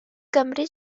gymri